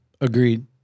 Agreed